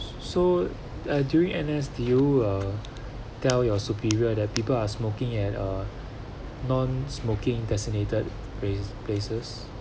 so uh during N_S did you uh tell your superior that people are smoking at a non smoking designated pla~ places